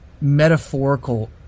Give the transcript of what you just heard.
metaphorical